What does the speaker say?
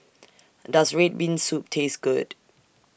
Does Red Bean Soup Taste Good